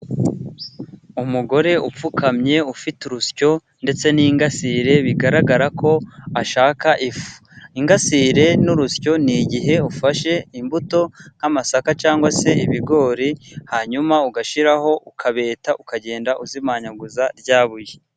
Umugore upfukamye ufite urusyo, ndetse n'ingasire bigaragara ko ashaka ifu, ingasire n'urusyo ni igihe ufashe imbuto nk'amasaka cyangwa se ibigori, hanyuma ugashyiraho ukabeta ukagenda uzimanyaguza rya buye.